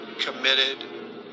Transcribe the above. committed